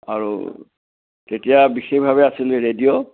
আৰু তেতিয়া বিশেষভাৱে আছিল ৰেডিঅ'